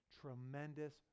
tremendous